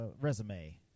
resume